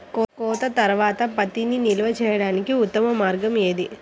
కోత తర్వాత పత్తిని నిల్వ చేయడానికి ఉత్తమ మార్గం ఏది?